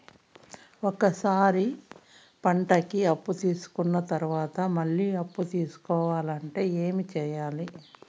ఒక సారి పంటకి అప్పు తీసుకున్న తర్వాత మళ్ళీ అప్పు తీసుకోవాలంటే ఏమి చేయాలి?